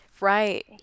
right